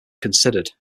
considered